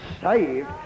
saved